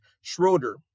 Schroeder